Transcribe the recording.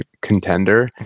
contender